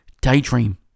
Daydream